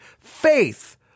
faith